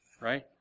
right